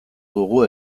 dugu